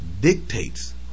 dictates